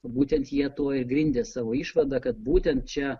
būtent jie tuo ir grindė savo išvadą kad būtent čia